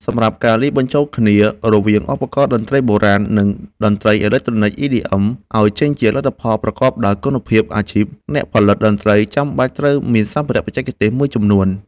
សម្រាប់ការលាយបញ្ចូលគ្នារវាងឧបករណ៍តន្ត្រីបុរាណ និងតន្ត្រីអេឡិចត្រូនិក EDM ឱ្យចេញជាលទ្ធផលប្រកបដោយគុណភាពអាជីព អ្នកផលិតតន្ត្រីចាំបាច់ត្រូវមានសម្ភារៈបច្ចេកទេសមួយចំនួន។